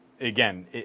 again